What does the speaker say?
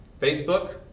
Facebook